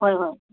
ꯍꯣꯏ ꯍꯣꯏ